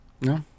No